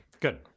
Good